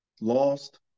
Lost